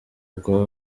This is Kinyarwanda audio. bwa